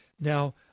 Now